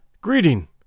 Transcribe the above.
Greeting